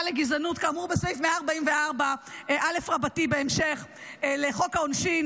לגזענות כאמור בסעיף 144א בהמשך לחוק העונשין,